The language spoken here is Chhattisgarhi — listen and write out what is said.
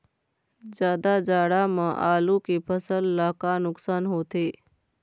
जादा जाड़ा म आलू के फसल ला का नुकसान होथे?